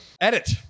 Edit